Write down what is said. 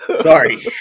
Sorry